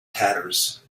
tatters